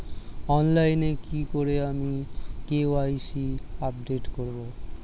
অনলাইনে কি করে আমি কে.ওয়াই.সি আপডেট করব?